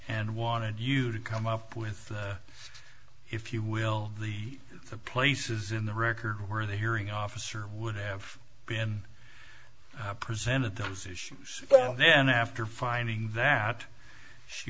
and wanted you to come up with if you will the places in the record where the hearing officer would have been presented those issues well then after finding that she